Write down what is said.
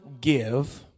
give